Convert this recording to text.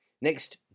Next